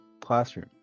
classroom